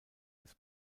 des